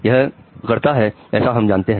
यह करता है ऐसा हम जानते हैं